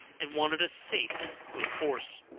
and wanted a safe, good horse.